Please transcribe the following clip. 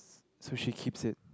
so she keeps it